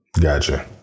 Gotcha